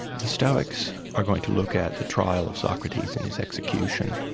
the stoics are going to look at the trial of socrates and his execution,